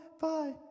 bye